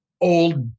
old